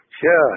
Sure